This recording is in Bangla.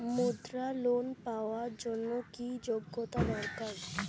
মুদ্রা লোন পাওয়ার জন্য কি যোগ্যতা দরকার?